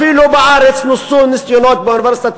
אפילו בארץ נעשו ניסיונות באוניברסיטת תל-אביב,